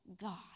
God